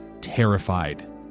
terrified